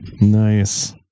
Nice